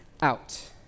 out